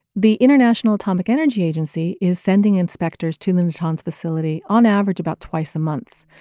the international atomic energy agency is sending inspectors to the natanz facility, on average, about twice a month,